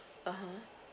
(uh huh)